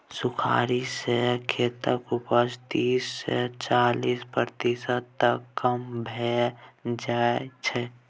सुखाड़ि सँ खेतक उपजा तीस सँ चालीस प्रतिशत तक कम भए जाइ छै